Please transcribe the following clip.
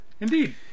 Indeed